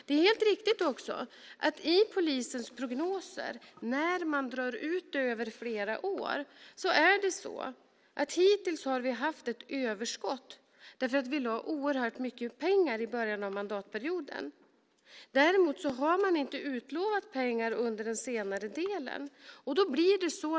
Det är helt riktigt att vi hittills har haft ett överskott i polisens prognoser när man drar ut det över flera år. Vi lade oerhört mycket pengar i början av mandatperioden. Däremot har man inte utlovat pengar under den senare delen.